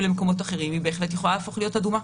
למקומות אחרים היא בהחלט יכולה להפוך אדומה.